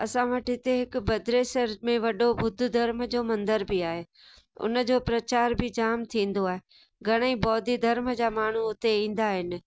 असां वटि हिते हिकु भद्रेसर में वॾो बुद्ध धर्म जो मंदर बि आहे हुनजो प्रचार बि जाम थींदो आहे घणेई बौद्धी धर्म जा माण्हू हिते ईंदा आहिनि